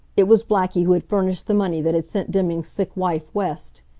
it was blackie who had furnished the money that had sent deming's sick wife west.